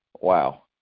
wow